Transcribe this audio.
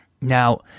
Now